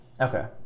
Okay